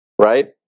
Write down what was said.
right